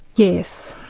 yes.